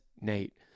Nate